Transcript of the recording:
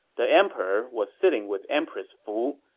the emperor was sitting with empress fu,